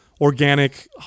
Organic